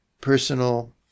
personal